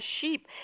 sheep